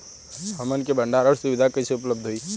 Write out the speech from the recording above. हमन के भंडारण सुविधा कइसे उपलब्ध होई?